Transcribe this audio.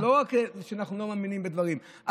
לא רק שאנחנו לא מאמינים בדברים,